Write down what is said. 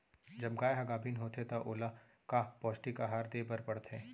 जब गाय ह गाभिन होथे त ओला का पौष्टिक आहार दे बर पढ़थे?